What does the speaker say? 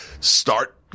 start